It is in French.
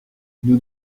nous